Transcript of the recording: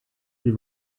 die